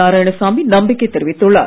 நாராயணசாமி நம்பிக்கை தெரிவித்துள்ளார்